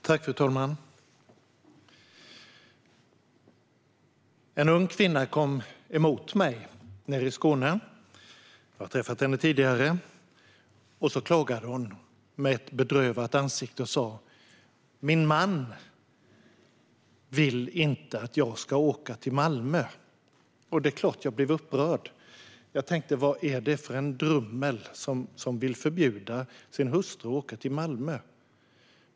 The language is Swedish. Fru talman! En ung kvinna kom emot mig nere i Skåne. Jag hade träffat henne tidigare. Hon klagade med ett bedrövat ansikte och sa: Min man vill inte att jag ska åka till Malmö. Det är klart att jag blev upprörd. Jag tänkte: Vad är det för en drummel som vill förbjuda sin hustru att åka till Malmö?